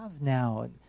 now